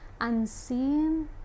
unseen